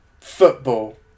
football